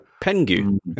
Penguin